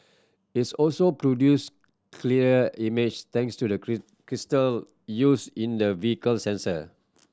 its also produce clearer image thanks to the crystal used in the vehicle's sensor